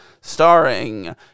starring